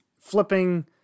flipping